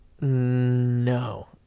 No